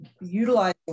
utilizing